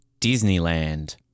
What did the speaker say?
Disneyland